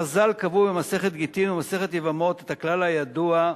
חז"ל קבעו במסכת גטין ובמסכת יבמות את הכלל הידוע: